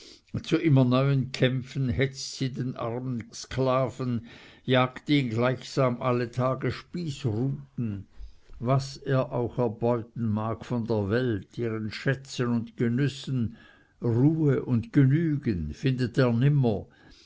zu immer neuen kämpfen hetzt sie den armen sklaven jagt ihn gleichsam alle tage spießruten was er auch erbeuten mag von der welt ihren schätzen und genüssen ruhe und genügen findet er nimmer